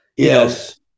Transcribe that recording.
Yes